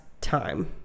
time